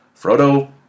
Frodo